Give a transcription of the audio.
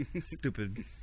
Stupid